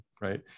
right